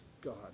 God